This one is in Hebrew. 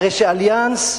הרי "אליאנס"